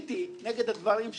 מחיתי נגד הדברים שלך,